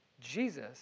Jesus